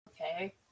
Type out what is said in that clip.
okay